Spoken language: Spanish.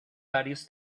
varios